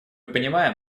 понимаем